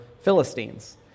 philistines